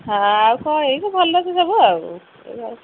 ହଁ ଆଉ କ'ଣ ଏଇ ତ ଭଲ ଅଛି ସବୁ ଆଉ ଏ ଆଉ